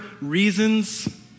reasons